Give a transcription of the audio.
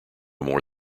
more